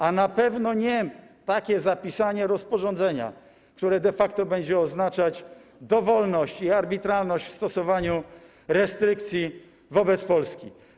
A na pewno nie takie zapisanie rozporządzenia, które de facto będzie oznaczać dowolność i arbitralność w stosowaniu restrykcji wobec Polski.